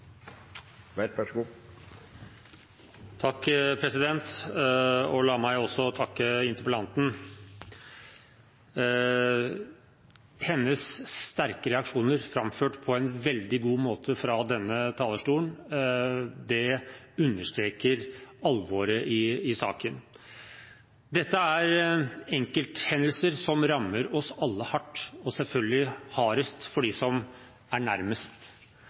La meg også takke interpellanten. Hennes sterke reaksjoner framført på en veldig god måte fra denne talerstolen understreker alvoret i saken. Dette er enkelthendelser som rammer oss alle hardt, selvfølgelig hardest for dem som er nærmest.